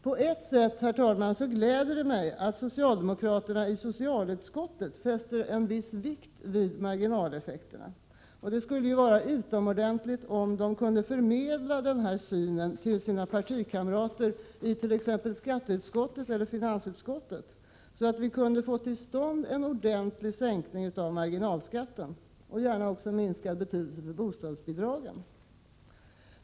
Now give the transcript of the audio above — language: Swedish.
På ett sätt, herr talman, gläder det mig att socialdemokraterna i socialutskottet fäster en viss vikt vid marginaleffekterna. Det skulle vara utomordentligt om de kunde förmedla denna syn till sina partivänner i t.ex. skatteutskottet eller finansutskottet, så att vi kunde få till stånd en ordentlig sänkning av marginalskatten, gärna också minskad betydelse för bostadsbidraget.